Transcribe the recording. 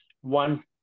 one